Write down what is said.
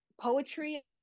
poetry